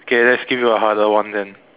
okay let's give you a harder one then